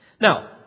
Now